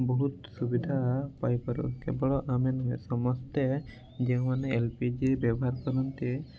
ବହୁତ ସୁବିଧା ପାଇପାରୁ କେବଳ ଆମେ ନୁହେଁ ସମସ୍ତେ ଯେଉଁମାନେ ଏଲ୍ ପି ଜି ବ୍ୟବହାର କରନ୍ତି